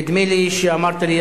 נדמה לי שאמרת לי,